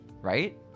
Right